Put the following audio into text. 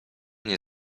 nie